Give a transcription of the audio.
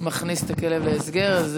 מכניס את הכלב להסגר.